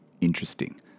interesting